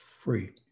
free